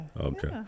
Okay